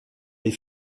des